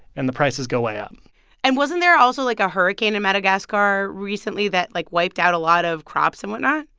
and the prices go way up and wasn't there also, like, a hurricane in madagascar recently that, like, wiped out a lot of crops and whatnot?